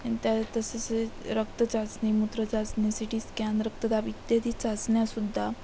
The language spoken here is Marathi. आणि त्या तसे रक्त चाचणी मूत्र चाचणी सिटीस्कॅन रक्तदाब इत्यादी चाचण्यासुद्धा